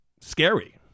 scary